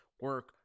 Work